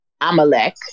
Amalek